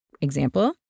Example